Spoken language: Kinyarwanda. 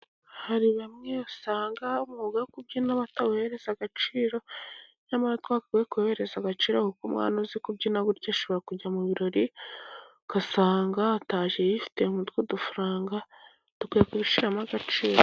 Hari bamwe usanga umwuga wo kubyina batawuhereza agaciro, nyamara twagakwiye kuwuhereza agaciro. Kuko umwana uzi kubyina, burya ashobora kujya mu birori, ugasanga atashye yifitiye nutwo dufaranga. Dukwiye kubishyiramo agaciro.